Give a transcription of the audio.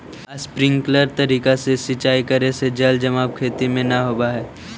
sprinkler तरीका से सिंचाई करे से जल जमाव खेत में न होवऽ हइ